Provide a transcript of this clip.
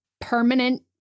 permanent